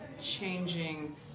changing